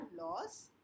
laws